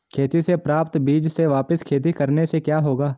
खेती से प्राप्त बीज से वापिस खेती करने से क्या होगा?